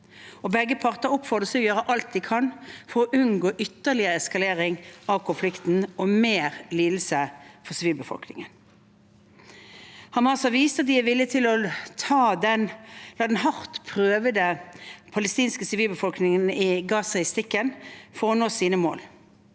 Begge parter oppfordres til å gjøre alt de kan for å unngå ytterligere eskalering av konflikten og mer lidelse for sivilbefolkningen. Hamas har vist at de er villig til å la den hardt prøvede palestinske sivilbefolkningen i Gaza i stikken for å nå sine mål.